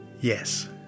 Yes